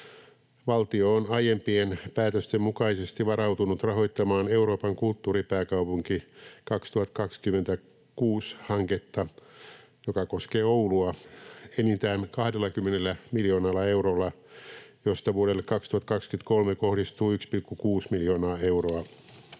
Valtio on aiempien päätösten mukaisesti varautunut rahoittamaan Euroopan kulttuuripääkaupunki 2026 ‑hanketta, joka koskee Oulua, enintään 20 miljoonalla eurolla, josta vuodelle 2023 kohdistuu 1,6 miljoonaa euroa.